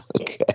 Okay